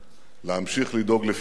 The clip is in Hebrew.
להמשיך לדאוג לפיתוחה,